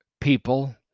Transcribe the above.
people